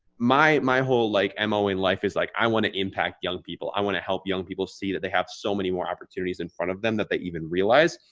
my, my whole like, mo in life is like, i want to impact young people. i want to help young people see that they have so many more opportunities in front of them that they even realize.